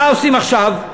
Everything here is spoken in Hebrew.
מה עושים עכשיו?